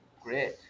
great